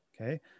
Okay